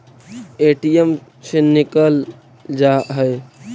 ATM से निकल जा है?